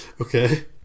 okay